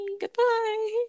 Goodbye